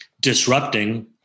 disrupting